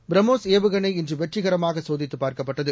பிரமோஸ் ஏவுகணை இன்று வெற்றிகரமாக சோதித்துப் பார்க்கப்பட்டது